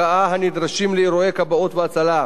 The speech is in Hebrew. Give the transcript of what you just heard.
ואת הרכב צוותי הכיבוי וגודלם.